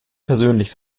persönlich